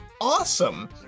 awesome